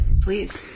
Please